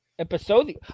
Episode